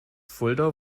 fulda